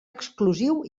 exclusiu